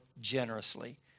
generously